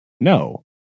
no